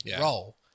role